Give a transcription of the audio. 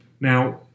Now